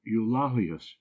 eulalius